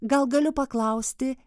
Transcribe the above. gal galiu paklausti